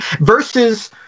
versus